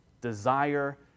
desire